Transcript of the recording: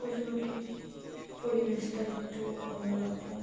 পশু পাখির পরিবেশটা একটু অন্য রকম